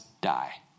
die